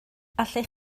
allech